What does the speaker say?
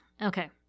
Okay